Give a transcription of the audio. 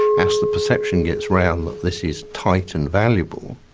as the perception gets around that this is tight and valuable,